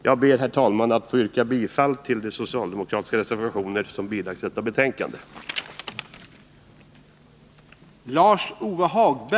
Jag ber, herr talman, att få yrka bifall till de socialdemokratiska reservationer som bilagts detta betänkande.